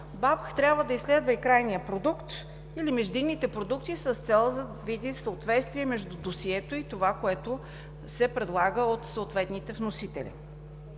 БАБХ трябва да изследва и крайния продукт, и междинните продукти с цел – съответствие между досието и това, което се предлага от съответните вносители.